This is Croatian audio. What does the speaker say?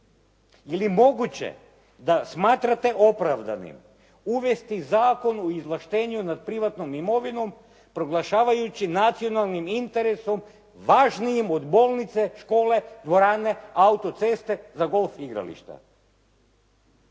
li moguće da smatrate opravdanim uvesti zakon o izvlaštenju nad privatnom imovinom proglašavajući nacionalnim interesom važnijim od bolnice, škole, dvorana, autoceste za golf igrališta.